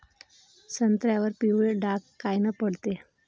संत्र्यावर पिवळे डाग कायनं पडते?